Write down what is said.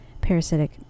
Parasitic